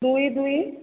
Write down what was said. ଦୁଇ ଦୁଇ